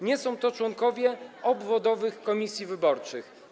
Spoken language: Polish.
Nie są to członkowie obwodowych komisji wyborczych.